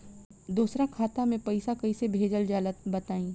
दोसरा खाता में पईसा कइसे भेजल जाला बताई?